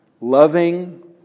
Loving